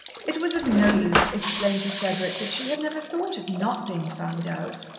it was of no use to explain to cedric that she had never thought of not being found out.